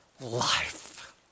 life